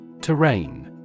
Terrain